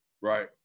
Right